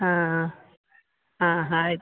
ಹಾಂ ಹಾಂ ಹಾಂ ಆಯ್ತು